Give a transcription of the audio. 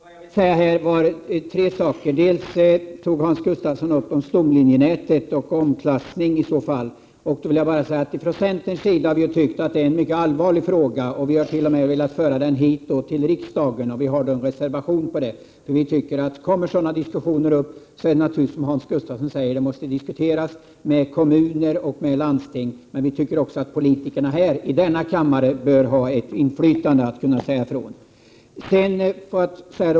Fru talman! Jag förstår att jag frestar tålamodet, men jag skall försöka hålla mig mycket kort. Jag ville säga tre saker. Hans Gustafsson talade om stomnätet och omklassning. Från centerpartiets sida har vi tyckt att detta är en mycket allvarlig fråga, och vi har t.o.m. velat föra den hit till riksdagen. Vi har en reservation med den innebörden. Kommer sådana förslag upp måste de, som Hans Gustafsson säger, naturligtvis diskuteras med kommuner och med landsting, men vi tycker också att politikerna här i denna kammare bör ha ett inflytande och kunna säga ifrån.